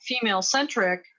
female-centric